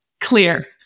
clear